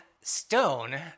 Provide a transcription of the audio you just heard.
Stone